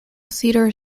theater